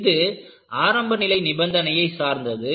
இது ஆரம்ப நிலை நிபந்தனையை சார்ந்தது